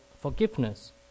forgiveness